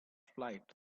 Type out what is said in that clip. flight